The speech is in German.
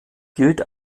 gilt